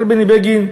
השר בני בגין,